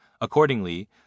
Accordingly